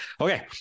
Okay